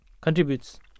contributes